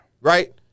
Right